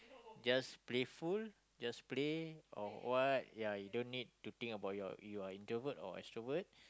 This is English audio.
just playful just play or what ya you don't need to think about your you're introvert or extrovert